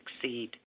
succeed